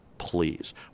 Please